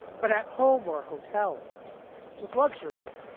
but at home or hotels with luxuries,